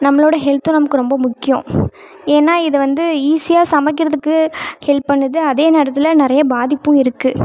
நம்மளோடய ஹெல்த்தும் நமக்கு ரொம்ப முக்கியம் ஏன்னா இது வந்து ஈஸியாக சமைக்கிறதுக்கு ஹெல்ப் பண்ணுது அதே நேரத்தில் நிறைய பாதிப்பும் இருக்குது